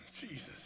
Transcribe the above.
Jesus